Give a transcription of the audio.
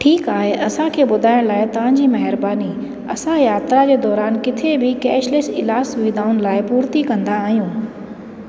ठीकु आहे असांखे ॿुधाइण लाइ तव्हां जी महिरबानी असां यात्रा जे दौरान किथे बि कैशलेस इलाजी सुविधाउनि लाइ पूरति कंदा आहियूं